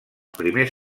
primers